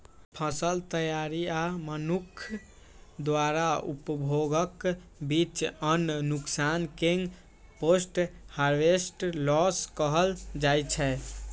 फसल तैयारी आ मनुक्ख द्वारा उपभोगक बीच अन्न नुकसान कें पोस्ट हार्वेस्ट लॉस कहल जाइ छै